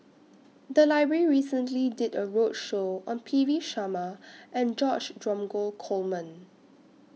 The Library recently did A roadshow on P V Sharma and George Dromgold Coleman